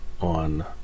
on